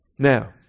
Now